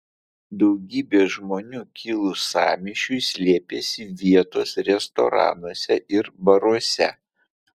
daugybė žmonių kilus sąmyšiui slėpėsi vietos restoranuose ir baruose